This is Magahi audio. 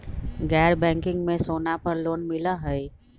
गैर बैंकिंग में सोना पर लोन मिलहई?